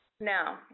Now